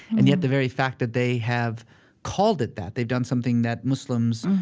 and yet the very fact that they have called it that, they've done something that muslims,